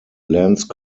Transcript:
lance